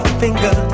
finger